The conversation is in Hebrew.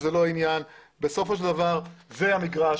בסופו של דבר זה המגרש.